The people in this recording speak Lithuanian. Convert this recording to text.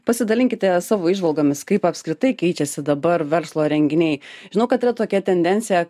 pasidalinkite savo įžvalgomis kaip apskritai keičiasi dabar verslo renginiai žinau kad yra tokia tendencija